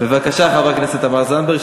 בבקשה, חברת הכנסת תמר זנדברג.